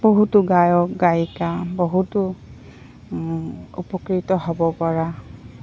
বহুতো গায়ক গায়িকা বহুতো উপকৃত হ'ব পৰা